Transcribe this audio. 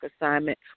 assignment